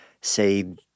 say